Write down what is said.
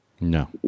No